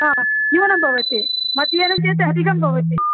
ह न्यूनं भवति मध्याह्नं चेत् अधिकं भवति